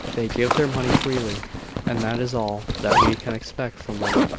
they give their money freely and that is all that we can expect from them.